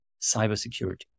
cybersecurity